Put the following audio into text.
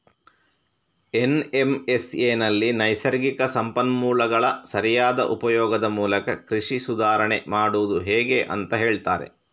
ಎನ್.ಎಂ.ಎಸ್.ಎನಲ್ಲಿ ನೈಸರ್ಗಿಕ ಸಂಪನ್ಮೂಲಗಳ ಸರಿಯಾದ ಉಪಯೋಗದ ಮೂಲಕ ಕೃಷಿ ಸುಧಾರಾಣೆ ಮಾಡುದು ಹೇಗೆ ಅಂತ ಹೇಳ್ತಾರೆ